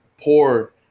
poor